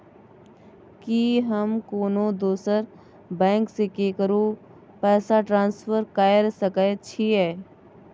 की हम कोनो दोसर बैंक से केकरो पैसा ट्रांसफर कैर सकय छियै?